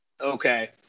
okay